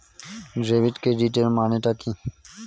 Debit ক্রেডিটের মানে টা কি?